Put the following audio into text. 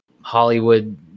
Hollywood